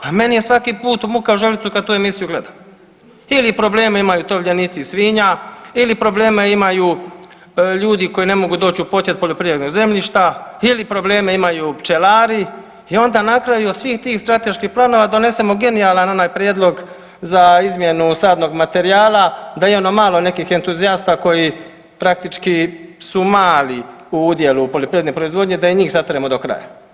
A meni je svaki put muka u želucu kad tu emisiju gledam ili probleme imaju tovljenici svinja ili probleme imaju ljudi koji ne mogu doć u posjed poljoprivrednog zemljišta ili probleme imaju pčelari i onda na kraju od svih tih strateških planova donesemo genijalan onaj prijedlog za izmjenu sadnog materijala, da i ono malo nekih entuzijasta koji praktički su mali u udjelu poljoprivredne proizvodnje da i njih sateremo do kraja.